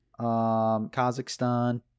Kazakhstan